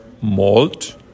malt